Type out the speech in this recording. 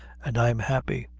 and i'm happy.